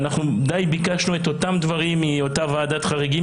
ואנחנו די ביקשנו את אותם דברים מאותה ועדת חריגים,